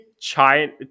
China